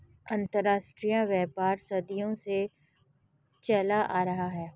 अंतरराष्ट्रीय व्यापार सदियों से चला आ रहा है